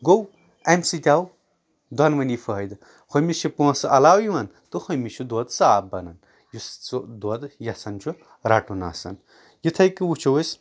گوٚو امہِ سۭتۍ آو دۄنوٕنی فٲیدٕ ہُمِس چھِ پۄنٛسہِ علاوٕ یِوان تہٕ دۄد صاف بنان یُس سُہ دۄد یژھان چھُ رٹُن آسان یِتھٕے کٔنۍ وٕچھو أسۍ